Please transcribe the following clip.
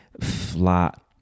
flat